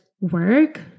work